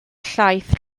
llaeth